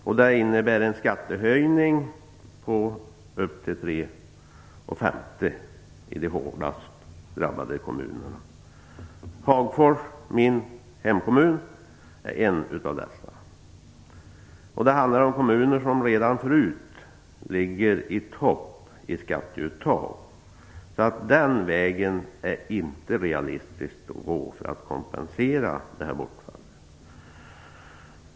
Det skulle innebära en skattehöjning på upp till 3,50 kr i de hårdast drabbade kommunerna. Hagfors, min hemkommun, är en av dessa. Det handlar om kommuner som redan tidigare ligger i topp när det gäller skatteuttag, så det är inte en ralistisk väg att gå för att kompensera bortfallet.